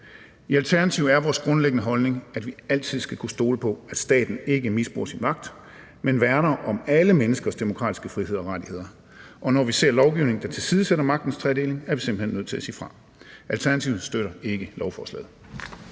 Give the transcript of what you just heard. I Alternativet er vores grundlæggende holdning, at vi altid skal kunne stole på, at staten ikke misbruger sin magt, men værner om alle menneskers demokratiske frihed og rettigheder. Og når vi ser lovgivning, der tilsidesætter magtens tredeling, er vi simpelt hen nødt til at sige fra. Alternativet støtter ikke lovforslaget.